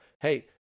Hey